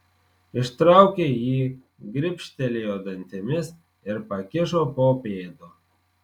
ištraukė jį gribštelėjo dantimis ir pakišo po pėdu